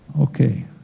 Okay